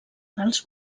dels